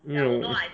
没有